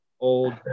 old